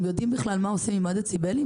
הם יודעים בכלל מה עושים עם מד דציבלים?